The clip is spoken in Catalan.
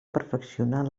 perfeccionar